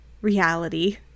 reality